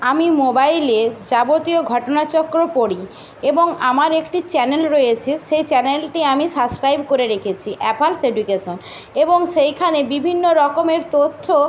আমি মোবাইলে যাবতীয় ঘটনাচক্র পড়ি এবং আমার একটি চ্যানেল রয়েছে সেই চ্যানেলটি আমি সাবস্ক্রাইব করে রেখেছি অ্যাফালস এডুকেশন এবং সেইখানে বিভিন্ন রকমের তথ্য